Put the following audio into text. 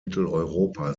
mitteleuropa